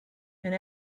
and